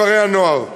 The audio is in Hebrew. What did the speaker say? כפרי-הנוער,